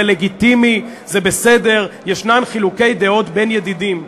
זה לגיטימי, זה בסדר, יש חילוקי דעות בין ידידים.